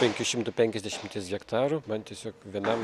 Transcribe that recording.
penkių šimtų penkiasdešimties hektarų man tiesiog vienam